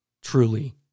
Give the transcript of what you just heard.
truly